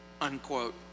unquote